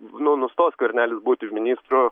nu nustos skvernelis būti ministru